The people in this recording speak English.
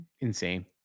insane